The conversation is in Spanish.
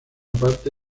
parte